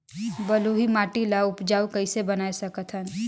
बलुही माटी ल उपजाऊ कइसे बनाय सकत हन?